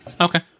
Okay